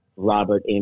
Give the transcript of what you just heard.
Robert